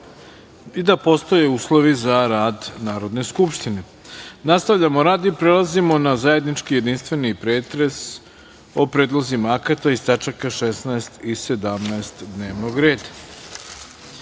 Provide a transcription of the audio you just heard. i da postoje uslovi za rad Narodne skupštine. Nastavljamo rad i prelazimo na zajednički načelni i jedinstveni pretres o predlozima akata iz tačaka 16. i 17. dnevnog